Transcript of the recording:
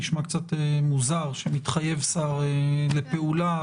נשמע קצת מוזר שמתחייב שר לפעולה,